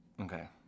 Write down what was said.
Okay